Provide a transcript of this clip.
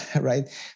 right